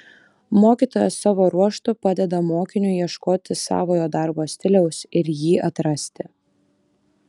mokytojas savo ruožtu padeda mokiniui ieškoti savojo darbo stiliaus ir jį atrasti